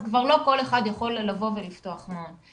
אז כבר לא כל אחד יכול לבוא ולפתוח מעון.